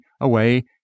away